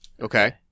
Okay